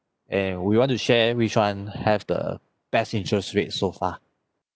and we want to share which one have the best interest rate so far